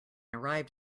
arrived